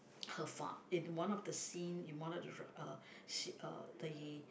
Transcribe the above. her fa~ in one of the scene in one of the r~ uh s~ uh the